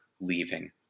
leaving